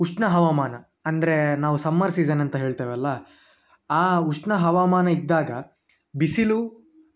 ಉಷ್ಣ ಹವಾಮಾನ ಅಂದ್ರೆ ನಾವು ಸಮ್ಮರ್ ಸೀಸನ್ ಅಂತ ಹೇಳ್ತೇವಲ್ಲ ಆ ಉಷ್ಣ ಹವಾಮಾನ ಇದ್ದಾಗ ಬಿಸಿಲು